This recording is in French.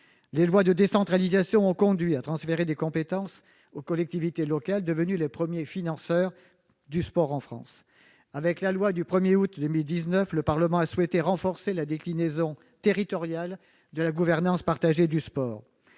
Les lois de décentralisation ont conduit à transférer des compétences aux collectivités locales, devenues les premiers financeurs du sport en France. Avec la loi du 1 août 2019, le Parlement a souhaité renforcer la déclinaison territoriale de la gouvernance partagée du sport.